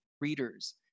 readers